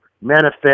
manifest